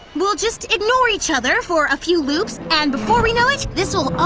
we'll just ignore each other for a few loops, and before we know it, this will all,